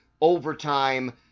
overtime